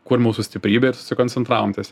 kur mūsų stiprybė ir susikoncentravom ties